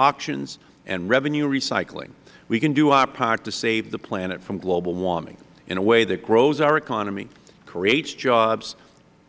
auctions and revenue recycling we can do our part to save the planet from global warming in a way that grows our economy creates jobs